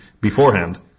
beforehand